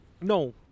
No